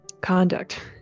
conduct